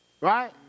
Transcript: Right